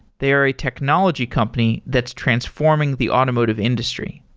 they're a technology company that's transforming the automotive industry.